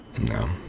No